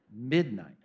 midnight